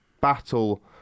battle